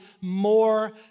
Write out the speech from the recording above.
more